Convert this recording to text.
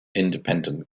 independent